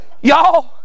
Y'all